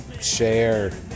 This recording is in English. share